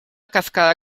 cascada